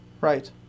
Right